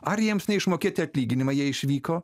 ar jiems neišmokėti atlyginimai jie išvyko